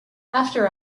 after